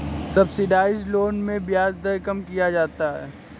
subsidised loan में ब्याज दर कम किया जाता है